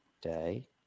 day